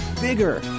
bigger